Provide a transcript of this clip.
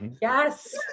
Yes